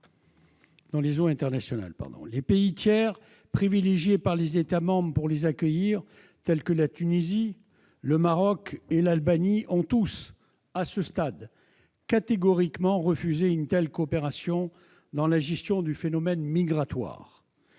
dans les eaux internationales. À ce stade, les pays tiers privilégiés par les États membres pour accueillir ces plateformes, tels que la Tunisie, le Maroc et l'Albanie, ont tous catégoriquement refusé une telle coopération dans la gestion du phénomène migratoire.